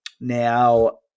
Now